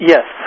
Yes